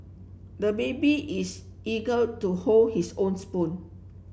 the baby is eager to hold his own spoon